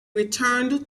returned